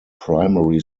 primary